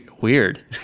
weird